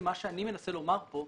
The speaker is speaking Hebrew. אני מנסה לומר כאן